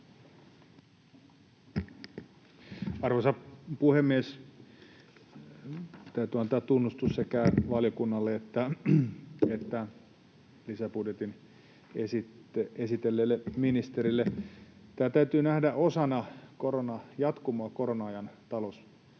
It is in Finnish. Arvoisa puhemies! Täytyy antaa tunnustus sekä valiokunnalle että lisäbudjetin esitelleelle ministerille. Tämä täytyy nähdä osana koronajatkumoa, korona-ajan talous- ja